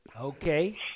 Okay